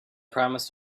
promised